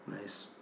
Nice